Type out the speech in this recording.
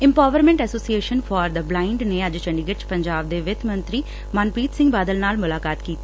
empowerment association for the blind ਨੇ ਅੱਜ ਚੰਡੀਗੜ ਚ ਪੰਜਾਬ ਦੇ ਵਿੱਤ ਮੰਤਰੀ ਮਨਪ੍ਰੀਤ ਸਿੰਘ ਬਾਦਲ ਨਾਲ ਮੁਲਕਾਤ ਕੀਤੀ